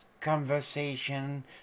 conversation